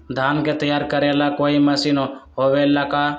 धान के तैयार करेला कोई मशीन होबेला का?